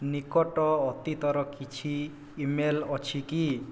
ନିକଟ ଅତୀତର କିଛି ଇମେଲ ଅଛି କି